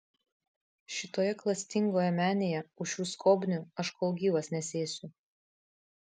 šitoje klastingoje menėje už šių skobnių aš kol gyvas nesėsiu